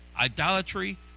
idolatry